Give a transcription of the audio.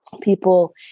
people